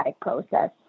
process